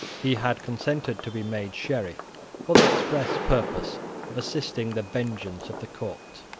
he had consented to be made sheriff for the express purpose of assisting the vengeance of the court.